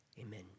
Amen